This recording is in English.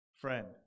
friend